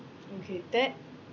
okay third